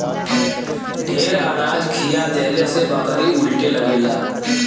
ढेर अनाज खिया देहले से बकरी उलटे लगेला